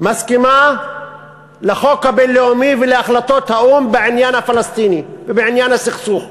מסכימה לחוק הבין-לאומי ולהחלטות האו"ם בעניין הפלסטיני ובעניין הסכסוך.